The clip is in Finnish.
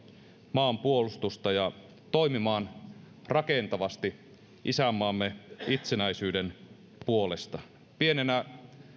maanpuolustusta ja toimimaan rakentavasti isänmaamme itsenäisyyden puolesta pienenä